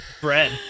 bread